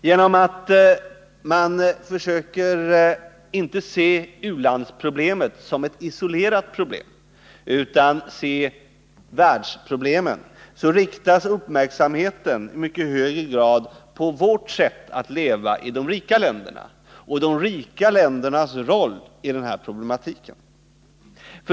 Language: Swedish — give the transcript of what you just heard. Genom att man försöker att inte se u-landsproblemet som ett isolerat problem utan se världsproblemen, så riktas uppmärksamheten i mycket högre grad på vårt sätt att leva i de rika länderna och de rika ländernas roll i den här problematiken.